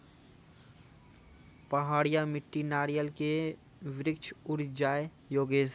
पहाड़िया मिट्टी नारियल के वृक्ष उड़ जाय योगेश?